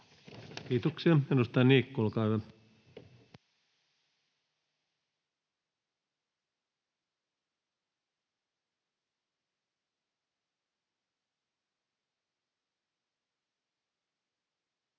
Kiitoksia. — Edustaja Niikko, olkaa hyvä.